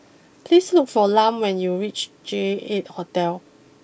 please look for Lum when you reach J eight Hotel